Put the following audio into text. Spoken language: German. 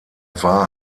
war